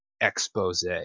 expose